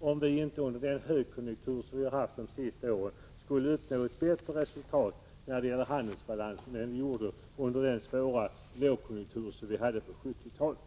om vi under den högkonjunktur som rått de senaste åren inte skulle ha uppnått ett bättre resultat än under den svåra lågkonjunkturen på 1970-talet.